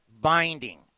binding